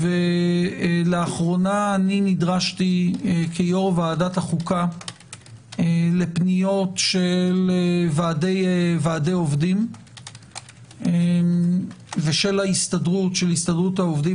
לאחרונה נדרשתי כיו"ר ועדת החוק לפניות של ועדי עובדים ושל הסתדרות העובדים